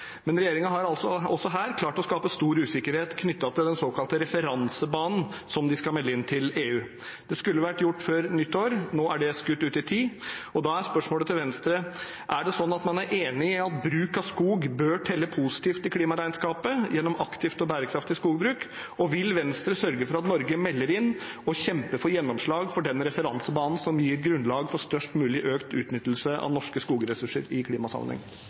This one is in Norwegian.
men regjeringen har også her klart å skape stor usikkerhet knyttet til den såkalte referansebanen som de skal melde inn til EU. Det skulle vært gjort før nyttår; nå er det skutt ut i tid. Da er spørsmålet til Venstre: Er man enig i at bruk av skog bør telle positivt i klimaregnskapet gjennom aktivt og bærekraftig skogbruk, og vil Venstre sørge for at Norge melder inn og kjemper for gjennomslag for den referansebanen som gir grunnlag for størst mulig økt utnyttelse av norske skogressurser i klimasammenheng?